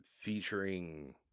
Featuring